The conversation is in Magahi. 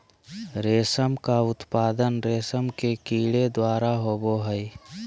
रेशम का उत्पादन रेशम के कीड़े द्वारा होबो हइ